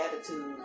attitude